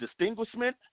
distinguishment